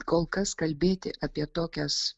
kol kas kalbėti apie tokias